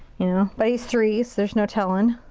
you know but he's three, so there's no telling.